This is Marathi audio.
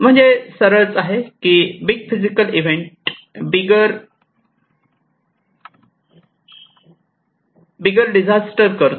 म्हणजेच सरळच आहे की big physical event bigger disaster करतो